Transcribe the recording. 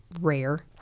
rare